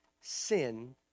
sin